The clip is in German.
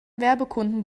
werbekunden